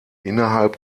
innerhalb